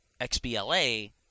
XBLA